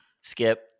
Skip